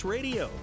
Radio